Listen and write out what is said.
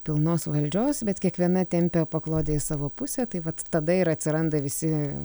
pilnos valdžios bet kiekviena tempia paklodę į savo pusę tai vat tada ir atsiranda visi